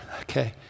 okay